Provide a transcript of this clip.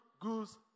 goose